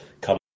come